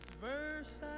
verse